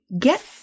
get